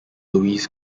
louise